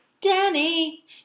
Danny